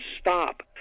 stop